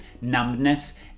numbness